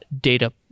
data